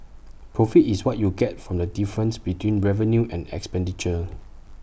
profit is what you get from the difference between revenue and expenditure